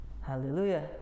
Hallelujah